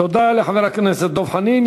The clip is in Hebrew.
תודה לחבר הכנסת דב חנין.